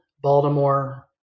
Baltimore